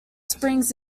springs